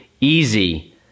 easy